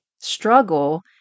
struggle